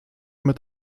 mit